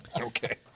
okay